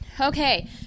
Okay